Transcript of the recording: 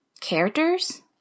characters